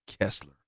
Kessler